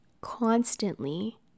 constantly